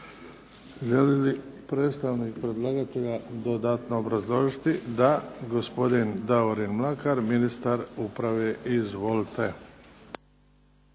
Želi li predstavnik predlagatelja dodatno obrazložiti? Da. Gospodin Davorin Mlakar, ministar uprave. Izvolite.